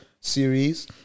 series